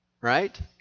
Right